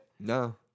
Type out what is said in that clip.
No